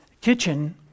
kitchen